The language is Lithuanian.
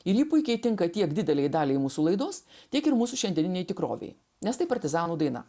ir ji puikiai tinka tiek didelei daliai mūsų laidos tiek ir mūsų šiandieninei tikrovei nes tai partizanų dainą